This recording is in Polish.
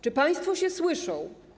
Czy państwo się słyszą?